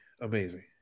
Amazing